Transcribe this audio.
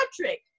Patrick